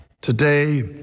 Today